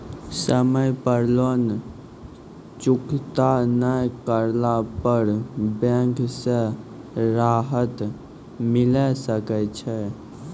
समय पर लोन चुकता नैय करला पर बैंक से राहत मिले सकय छै?